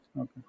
okay